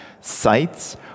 sites